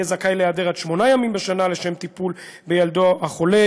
יהיה זכאי להיעדר עד שמונה ימים בשנה לשם טיפול בילדו החולה.